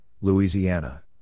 Louisiana